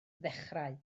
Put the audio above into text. ddechrau